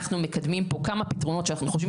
אנחנו מקדמים פה כמה פתרונות שאנחנו חושבים.